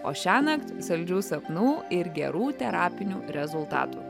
o šiąnakt saldžių sapnų ir gerų terapinių rezultatų